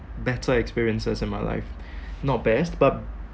better experiences in my life not best but